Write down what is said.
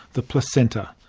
the placenta.